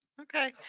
Okay